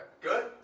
Good